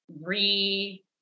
re